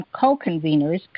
co-conveners